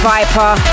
Viper